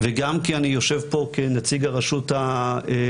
וגם כי אני יושב פה כנציג הרשות המבצעת.